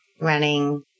running